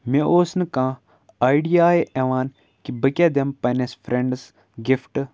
مےٚ اوس نہٕ کانٛہہ اَیڈیایے یِوان کہِ بہٕ کیٛاہ دِمہٕ پنٛنِس فرٛٮ۪نٛڈَس گِفٹ